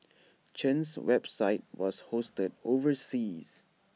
Chen's website was hosted overseas